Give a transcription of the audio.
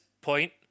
point